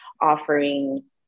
offering